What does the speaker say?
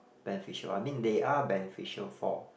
beneficial I mean they are beneficial for